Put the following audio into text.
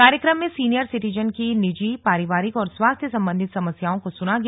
कार्यक्रम में senior citizen की निजी पारिवारिक और स्वास्थ्य संबंधित समस्याओं को सुना गया